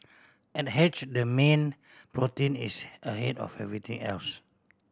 at Hatched the mean protein is ahead of everything else